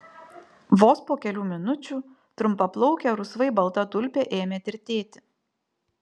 vos po kelių minučių trumpaplaukė rusvai balta tulpė ėmė tirtėti